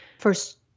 first